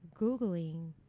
Googling